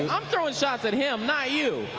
i'm throwing shots at him, not you.